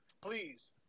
Please